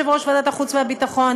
יושב-ראש ועדת החוץ והביטחון,